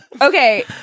Okay